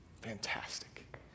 fantastic